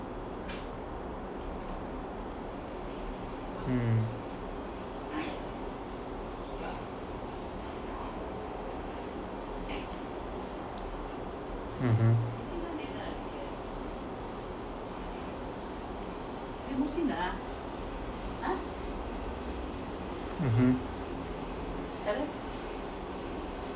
mm mmhmm mmhmm